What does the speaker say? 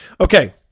Okay